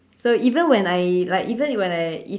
so even when I like even when I